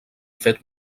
fet